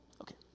Okay